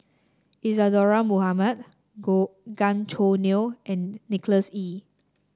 Isadhora Mohamed Gan Choo Neo and Nicholas Ee